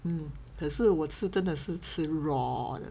mm 嗯可是我吃真的是吃 raw 的